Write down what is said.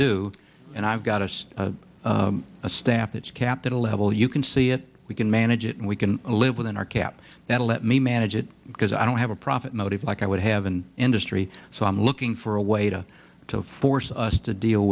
do and i've got us a staff that's kept at a level you can see it we can manage it and we can live within our cap that'll let me manage it because i don't have a profit motive like i would have in industry so i'm looking for a way to force us to deal